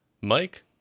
Mike